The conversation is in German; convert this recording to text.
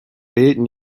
wählten